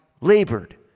labored